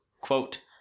Quote